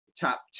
top